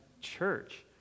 church